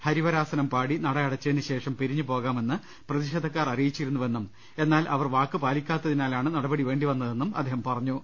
ഹരിവരാസനം പാടി നട യടച്ചതിനുശേഷം പിരിഞ്ഞുപോകാമെന്ന് പ്രതിഷേധ ക്കാർ അറിയിച്ചിരുന്നുവെന്നും എന്നാൽ അവർ വാക്കു പാലിക്കാത്തതിനാലാണ് നടപടി വേണ്ടി വന്നതെന്നും അദ്ദേഹം പറഞ്ഞു